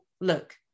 Look